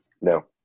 no